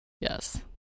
yes